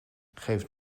geef